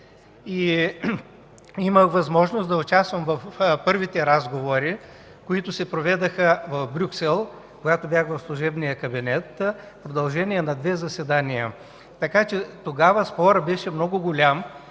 Имах възможност да участвам в първите разговори, които се проведоха в Брюксел, когато бях в служебния кабинет, в продължение на две заседания. Тогава спорът там беше много голям: